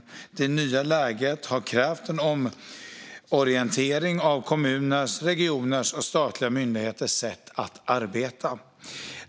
Det nya läget har krävt en omorientering av kommuners, regioners och statliga myndigheters sätt att arbeta.